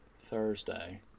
thursday